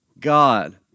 God